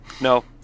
No